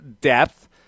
depth